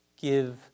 give